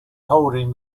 holding